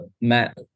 Matt